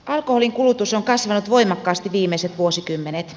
alkoholin kulutus on kasvanut voimakkaasti viimeiset vuosikymmenet